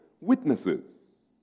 witnesses